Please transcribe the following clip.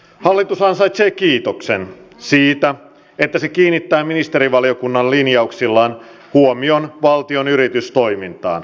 hallitus ansaitsee kiitoksen siitä että se kiinnittää ministerivaliokunnan linjauksillaan huomion valtion yritystoimintaan